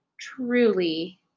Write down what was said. truly